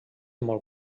molt